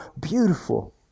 beautiful